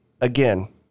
again